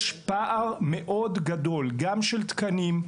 יש פער מאוד גדול גם של תקנים.